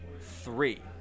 three